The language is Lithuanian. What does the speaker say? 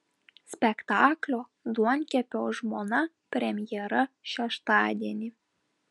spektaklio duonkepio žmona premjera šeštadienį